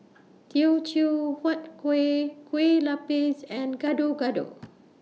Teochew Huat Kuih Kueh Lapis and Gado Gado